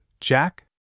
Jack